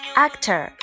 actor 。